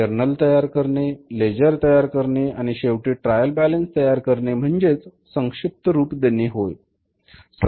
journal तयार करणे ledger तयार करणे आणि शेवटी ट्रायल बॅलन्स तयार करणे म्हणजेच संक्षिप्त रूप देणे होय